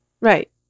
Right